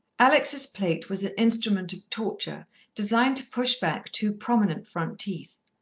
alex's plate was an instrument of torture designed to push back two prominent front teeth.